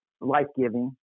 Life-giving